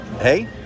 hey